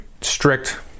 strict